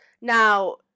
now